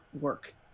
work